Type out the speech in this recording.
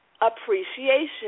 appreciation